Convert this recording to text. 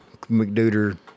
mcduder